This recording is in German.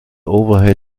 overhead